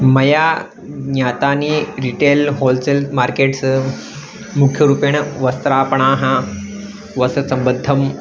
मया ज्ञातानि retail wholesale markets मुख्यरूपेण वस्त्रापणाः वस्त्रसम्बद्धं